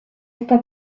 está